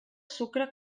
sucre